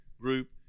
group